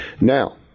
Now